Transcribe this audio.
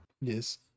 Yes